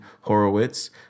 Horowitz